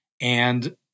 and-